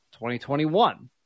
2021